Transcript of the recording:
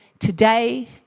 Today